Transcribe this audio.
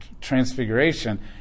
Transfiguration